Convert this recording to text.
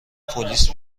پلیس